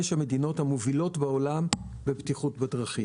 המדינות המובילות בעולם בבטיחות בדרכים.